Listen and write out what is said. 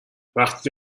وقتی